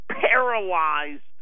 paralyzed